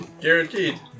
Guaranteed